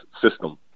system